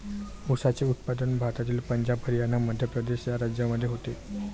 ऊसाचे उत्पादन भारतातील पंजाब हरियाणा मध्य प्रदेश या राज्यांमध्ये होते